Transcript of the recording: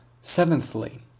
Seventhly